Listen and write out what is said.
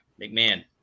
McMahon